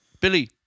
Billy